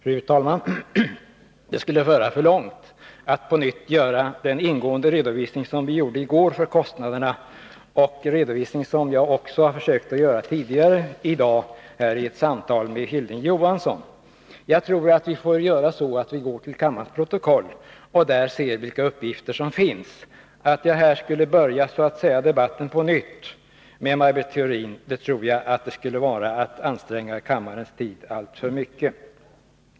Fru talman! Det skulle föra alltför långt att på nytt göra den ingående redovisning som vi gjorde i går avseende kostnaderna och som jag också har försökt göra tidigare i dag i debatten med Hilding Johansson. Jag tror att vi får gå till kammarens protokoll och där se vilka uppgifter som finns. Om jag här skulle börja debatten på nytt med Maj Britt Theorin skulle det vara att anstränga kammaren alltför mycket rent tidsmässigt.